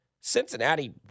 Cincinnati